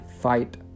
fight